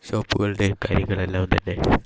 ഷോപ്പുകളുടെയും കാര്യങ്ങൾ എല്ലാം തന്നെ